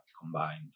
combined